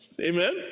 amen